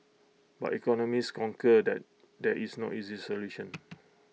but economists concur that there is no easy solution